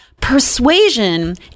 Persuasion